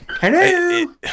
Hello